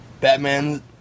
Batman